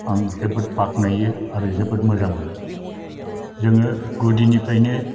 आं जोबोद बाख्नायो आरो जोबोद मोजां मोनो जोङो गुदिनिफ्रायनो